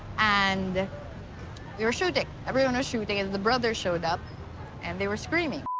and they were shooting, everyone was shooting, and the brothers showed up and they were screaming.